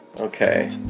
okay